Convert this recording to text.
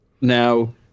now